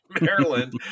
maryland